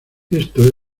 esto